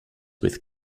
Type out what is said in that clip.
with